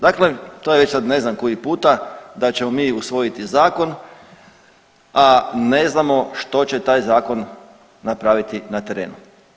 Dakle, to je već sad ne znam koji puta da ćemo mi usvojiti zakon, a ne znamo što će taj zakon napraviti na terenu.